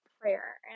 prayer